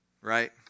Right